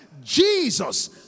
Jesus